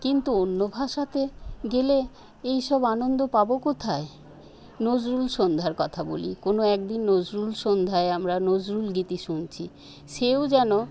কিন্তু অন্য ভাষাতে গেলে এই সব আনন্দ পাব কোথায় নজরুলসন্ধ্যার কথা বলি কোনো একদিন নজরুলসন্ধ্যায় আমরা নজরুলগীতি শুনছি সেও যেন